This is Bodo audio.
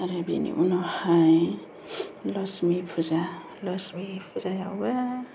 आरो बेनि उनावहाय लक्ष्मि फुजा लक्ष्मि फुजायावबो